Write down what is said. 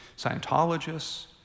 Scientologists